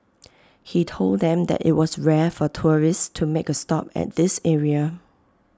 he told them that IT was rare for tourists to make A stop at this area